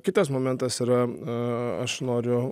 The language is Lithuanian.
kitas momentas yra aš noriu